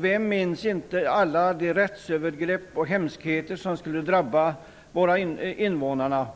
Vem minns inte alla de rättsövergrepp och andra hemskheter som skulle drabba invånarna?